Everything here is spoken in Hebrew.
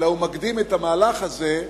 אלא הוא מקדים את המהלך הזה.